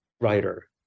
writer